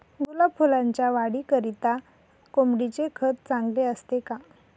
गुलाब फुलाच्या वाढीकरिता कोंबडीचे खत चांगले असते का?